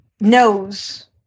knows